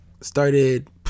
started